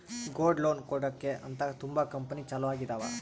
gold loan ಕೊಡಕ್ಕೆ ಅಂತ ತುಂಬಾ ಕಂಪೆನಿ ಚಾಲೂ ಆಗಿದಾವ